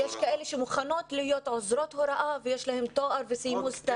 יש כאלה שמוכנות להיות עוזרות הוראה ויש להן תואר והן סיימו התמחות.